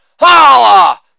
Holla